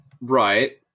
Right